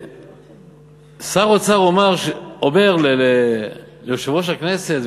כששר האוצר אומר ליושב-ראש הכנסת,